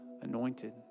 anointed